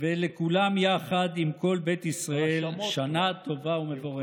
ולכולם יחד עם כל בית ישראל: שנה טובה ומבורכת.